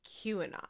QAnon